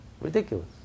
Ridiculous